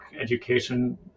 Education